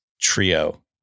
trio